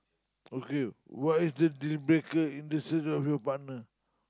okay what is the deal breaker in the search of your partner